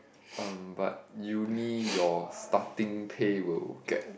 uh but uni your starting pay will get